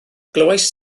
glywaist